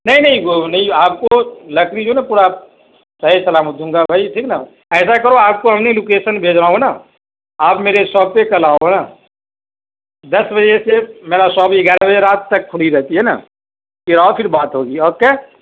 نہیں نہیں وہ نہیں آپ کو لکڑی جو ہے نا پورا صحیح سلامت دوں گا بھائی ٹھیک ہے نا ایسا کرو آپ کو ہم نے لوکیسن بھیج رہا ہوں نا آپ ميرے شاپ پہ كل آؤ ہے نا دس بجے سے میرا شاپ گیارہ بجے رات تک کھلى رہتى ہے نا پھر آؤ پھر بات ہوگى اوكے